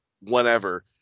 whenever